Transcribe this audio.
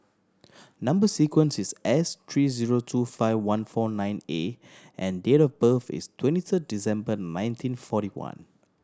number sequence is S three zero two five one four nine A and date of birth is twenty third December nineteen forty one